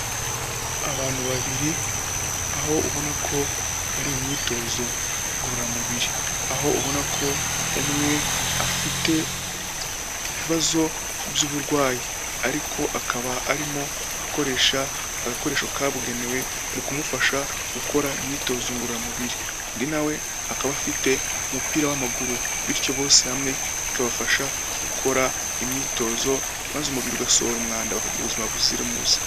Abantu babiri aho ubona ko bari mu myitozo ngororamubiri, aho ubona ko umwe afite ibibazo by'uburwayi, ariko akaba arimo akoresha agakoresho kabugenewe mu kumufasha gukora imyitozo ngororamubiri, undi nawe akaba afite umupira w'amaguru bityo bose hamwe bikabafasha gukora imyitozo maze umubiri ugasohora umwanda ukahaga ubuzima buzira umuze.